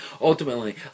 ultimately